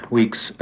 weeks